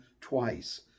twice